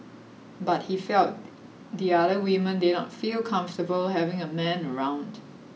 but he felt the other women did not feel comfortable having a man around